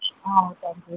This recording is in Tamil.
ah thank you